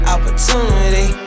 Opportunity